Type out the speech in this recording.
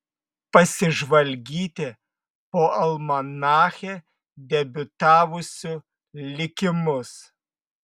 pasižvalgyti po almanache debiutavusių likimus